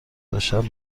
تاشب